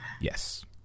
yes